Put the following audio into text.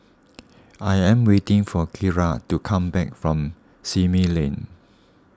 I am waiting for Kiara to come back from Simei Lane